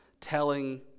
telling